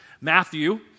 Matthew